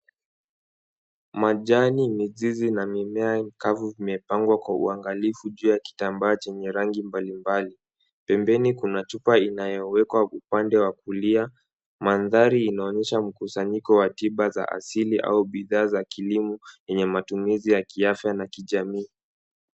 Majani, mizizi na mimea mikavu vimepangwa kwa uangalifu juu ya kitambaa chenye rangi mbalimbali. Pembeni kuna chupa inayowekwa upande wa kulia. Mandhari inaonyesha mkusanyiko wa tiba za asili au bidhaa za kilimo yenye matumizi ya kiafya na kijamii.